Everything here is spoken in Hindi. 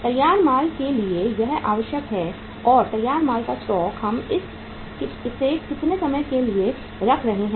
तैयार माल के लिए यह आवश्यक है और तैयार माल का स्टॉक हम इसे कितने समय के लिए रख रहे हैं